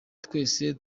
twese